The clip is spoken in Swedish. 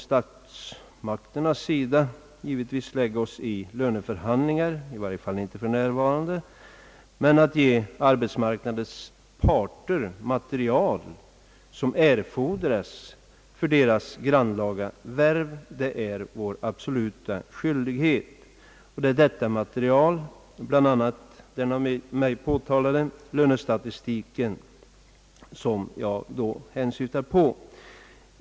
Statsmakterna kan givetvis inte lägga sig i löneförhandlingarna — i varje fall inte för närvarande — men det är vår skyldighet att ge arbetsmarknadens parter det material som erfordras för deras grannlaga värv. I detta material ingår bl.a. den av mig påtalade lönestatistiken.